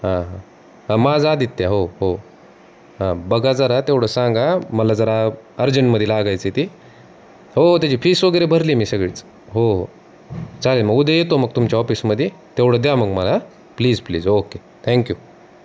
हां हां हां माझं आदित्य हो हो हां बघा जरा तेवढं सांगा मला जरा अर्जंटमध्ये लागायचं आहे ते हो त्याची फीस वगैरे भरली मी सगळीच हो हो चालेल मग उद्या येतो मग तुमच्या ऑफिसमध्ये तेवढं द्या मग मला प्लीज प्लीज ओके थँक्यू